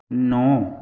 नौ